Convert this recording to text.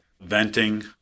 Venting